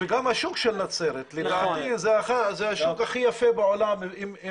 גם השוק של נצרת, לדעתי זה השוק היפה ביותר בעולם.